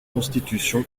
constitution